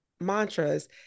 mantras